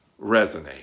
resonate